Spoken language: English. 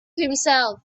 himself